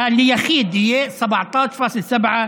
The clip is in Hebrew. המלאה ליחיד יהיה (אומר בערבית: 17.7%)